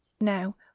now